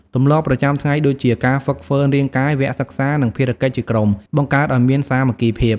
ទម្លាប់ប្រចាំថ្ងៃដូចជា ការហ្វឹកហ្វឺនរាងកាយ វគ្គសិក្សា និងភារកិច្ចជាក្រុម បង្កើតឱ្យមានសាមគ្គីភាព។